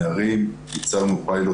יש לו רשימת